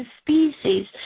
species